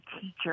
teacher